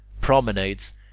promenades